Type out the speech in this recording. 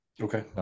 Okay